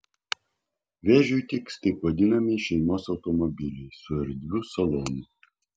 vėžiui tiks taip vadinamieji šeimos automobiliai su erdviu salonu